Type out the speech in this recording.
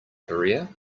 korea